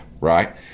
right